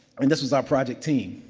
i mean this is our project team.